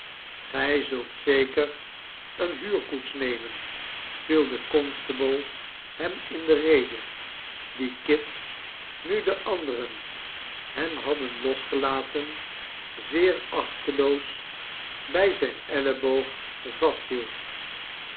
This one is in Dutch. gij zult zeker eene huurkoets nemen'viel de constable hem in de rede die kit nu de anderen hem hadden losgelaten zeer achteloos bij zijn elleboog vasthield